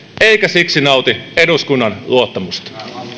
eikä siksi nauti eduskunnan luottamusta